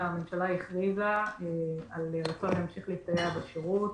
הממשלה הכריזה על רצונה להמשיך להסתייע בשירות